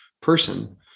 person